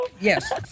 Yes